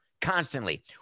constantly